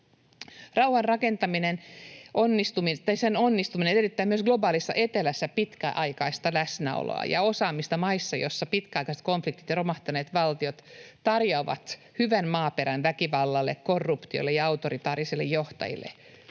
Rauhan rakentamisen onnistuminen edellyttää myös globaalissa etelässä pitkäaikaista läsnäoloa ja osaamista maissa, joissa pitkäaikaiset konfliktit ja romahtaneet valtiot tarjoavat hyvän maaperän väkivallalle, korruptiolle ja autoritaarisille johtajille.